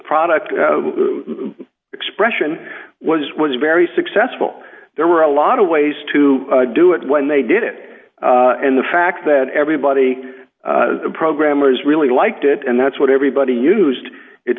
product expression was was very successful there were a lot of ways to do it when they did it and the fact that everybody programmers really liked it and that's what everybody used it